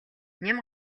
ням